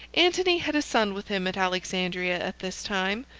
antony had a son with him at alexandria at this time,